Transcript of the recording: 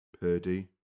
Purdy